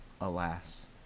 alas